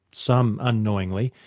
some unknowingly,